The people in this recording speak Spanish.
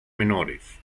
menores